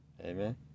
Amen